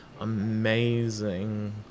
amazing